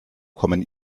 kommen